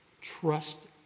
Trust